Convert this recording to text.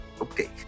okay